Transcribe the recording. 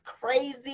crazy